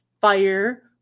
fire